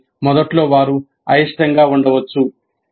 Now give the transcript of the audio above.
కాబట్టి మొదట్లో వారు అయిష్టంగా ఉండవచ్చు